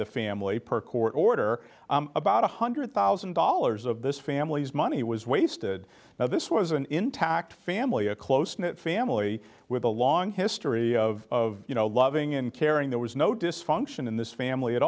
the family per court order about one hundred thousand dollars of this family's money was wasted now this was an intact family a close knit family with a long history of loving and caring there was no dysfunction in this family at